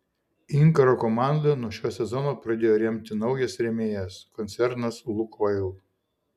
inkaro komandą nuo šio sezono pradėjo remti naujas rėmėjas koncernas lukoil